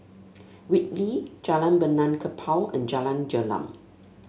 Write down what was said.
Whitley Jalan Benaan Kapal and Jalan Gelam